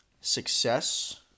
success